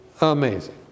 amazing